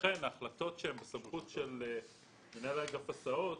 לכן ההחלטות שהן בסמכות של מנהל אגף הסעות,